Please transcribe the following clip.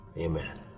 Amen